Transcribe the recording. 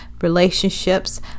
relationships